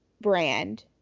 brand